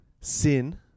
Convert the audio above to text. Sin